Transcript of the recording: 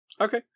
okay